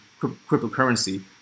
cryptocurrency